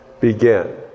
begin